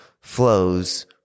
flows